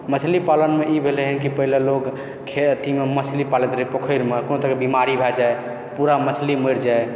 मछली पालनमे ई भेलय हँ कि पहिले लोग मछली पालति रहय पोखरिमे कोनो तरहकेँ बीमारी भए जाए पूरा मछली मरि जाइ